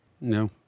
No